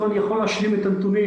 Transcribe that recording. אבל אני יכול להשלים את הנתונים,